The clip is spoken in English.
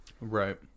Right